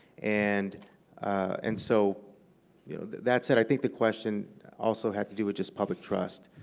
and and so you know that said, i think the question also had to do with just public trust.